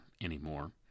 anymore